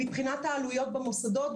מבחינת העלויות במוסדות,